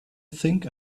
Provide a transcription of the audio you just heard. think